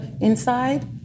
inside